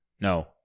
no